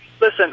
Listen